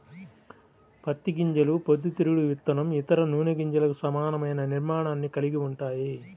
పత్తి గింజలు పొద్దుతిరుగుడు విత్తనం, ఇతర నూనె గింజలకు సమానమైన నిర్మాణాన్ని కలిగి ఉంటాయి